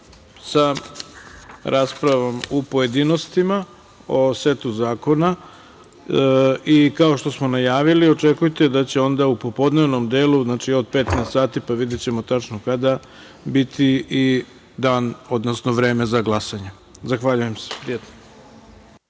sa raspravom u pojedinostima o setu zakona. Kao što smo najavili, očekujte da će onda u popodnevnom delu, znači od 15 sati, videćemo tačno kada, biti i dan, odnosno vreme za glasanje. Zahvaljujem se, prijatno.